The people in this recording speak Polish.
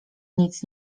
nic